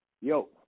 yo